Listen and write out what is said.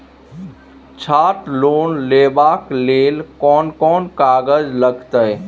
छात्र लोन लेबाक लेल कोन कोन कागज लागतै?